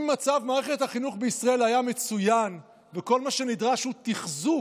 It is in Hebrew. אם מצב מערכת החינוך בישראל היה מצוין וכל מה שנדרש הוא תחזוק,